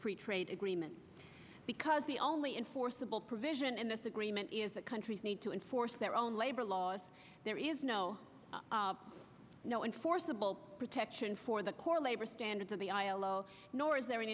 free trade agreement because the only enforceable provision in this agreement is that countries need to enforce their own labor laws there is no no enforceable protection for the core labor standards of the ilo nor